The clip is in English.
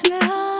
now